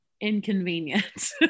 inconvenient